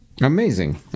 Amazing